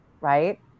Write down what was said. right